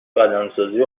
بدنسازی